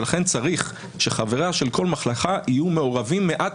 ולכן צריך שחבריה של כל מחלקה יהיו מעורבים מעט